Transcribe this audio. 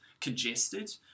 congested